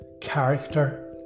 character